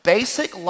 Basic